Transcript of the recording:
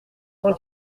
cent